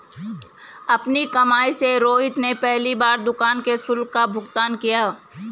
अपनी कमाई से रोहित ने पहली बार दुकान के शुल्क का भुगतान किया